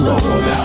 Lord